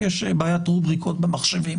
יש בעיית רובריקות במחשבים